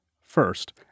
First